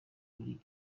uri